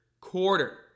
quarter